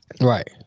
right